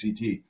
CT